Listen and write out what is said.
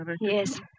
Yes